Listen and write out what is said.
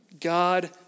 God